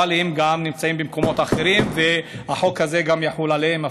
אבל הם נמצאים גם במקומות אחרים והחוק הזה יחול גם עליהם,